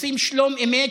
אנחנו רוצים שלום אמת,